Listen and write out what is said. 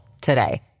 today